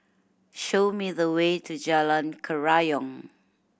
show me the way to Jalan Kerayong